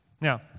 Now